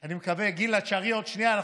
אני מקווה, גילה, תישארי עוד שנייה.